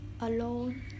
alone